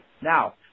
now